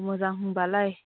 मोजां होम्बालाय